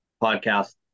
podcast